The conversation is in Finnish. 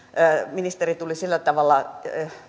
ministeri tuli sillä tavalla